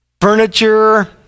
Furniture